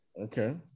Okay